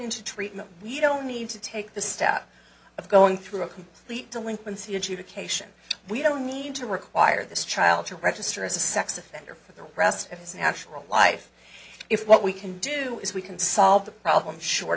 into treatment we don't need to take the step of going through a complete delinquency adjudication we don't need to require this child to register as a sex offender for the rest of his natural life if what we can do is we can solve the problem short